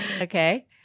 Okay